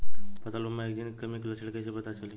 फसल पर मैगनीज के कमी के लक्षण कईसे पता चली?